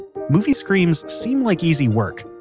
movie screams seem like easy work,